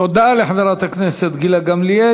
תודה לחברת הכנסת גילה גמליאל.